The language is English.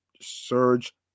surge